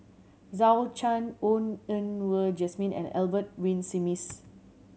Zhou Can Ho Yen Wah Jesmine and Albert Winsemius